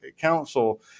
council